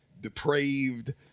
depraved